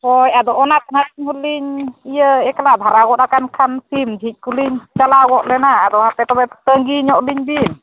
ᱦᱳᱭ ᱟᱫᱚ ᱚᱱᱟ ᱠᱚ ᱟᱹᱞᱤᱧ ᱦᱚᱸ ᱞᱤᱧ ᱤᱭᱟᱹ ᱮᱠᱞᱟ ᱫᱷᱟᱨᱟ ᱜᱚᱫ ᱠᱟᱱ ᱠᱷᱟᱱ ᱥᱤᱢ ᱡᱷᱤᱡ ᱠᱚᱞᱤᱧ ᱪᱟᱞᱟᱣ ᱜᱚᱫ ᱞᱮᱱᱟ ᱟᱨ ᱚᱱᱟ ᱛᱮ ᱛᱚᱵᱮ ᱛᱟᱺᱜᱤ ᱧᱚᱜ ᱞᱤᱧ ᱵᱤᱱ